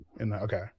Okay